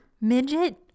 midget